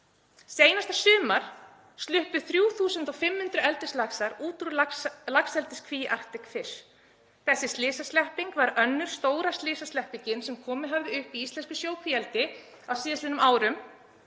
Síðasta sumar sluppu 3.500 eldislaxar úr laxeldiskví Arctic Fish. Þessi slysaslepping var önnur stóra slysasleppingin sem komið hefur upp í íslensku sjókvíaeldi á síðastliðnum árum